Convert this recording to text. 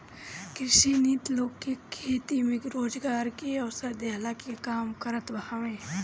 कृषि नीति लोग के खेती में रोजगार के अवसर देहला के काल करत हवे